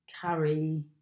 carry